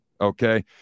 okay